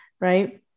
right